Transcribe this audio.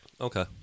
Okay